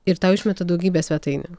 ir tau išmeta daugybę svetainių